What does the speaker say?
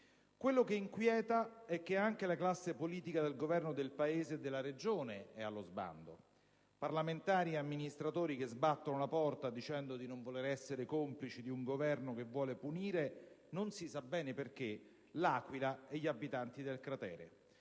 Quello che inquieta è che anche la classe politica al Governo del Paese e della Regione è allo sbando. Parlamentari e amministratori che sbattono la porta dicendo di non voler essere complici di un Governo che vuole punire, non si sa bene perché, L'Aquila e gli abitanti del cratere.